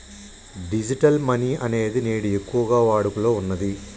digital money అనేది నేడు ఎక్కువగా వాడుకలో ఉన్నది